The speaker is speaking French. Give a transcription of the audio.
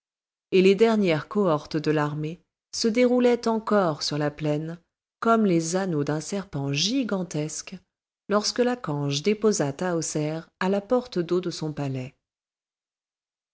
et les dernières cohortes de l'armée se déroulaient encore sur la plaine comme les anneaux d'un serpent gigantesque lorsque la cange déposa tahoser à la porte d'eau de son palais